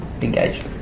engage